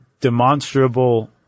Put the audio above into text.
demonstrable